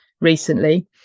recently